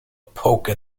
poke